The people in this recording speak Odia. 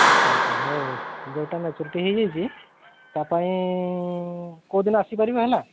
ଆଚ୍ଛା ଆଚ୍ଛା ହେଉ ହେଉ ଯେଉଁଟା ମ୍ୟାଚୁରିଟି ହୋଇଯାଇଛି ତା ପାଇଁ କେଉଁଦିନ ଆସିପାରିବେ ହେଲା